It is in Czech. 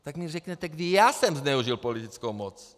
Tak mi řekněte, kdy já jsem zneužil politickou moc.